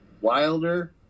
Wilder